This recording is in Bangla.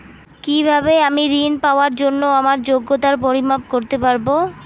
কিভাবে আমি ঋন পাওয়ার জন্য আমার যোগ্যতার পরিমাপ করতে পারব?